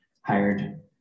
hired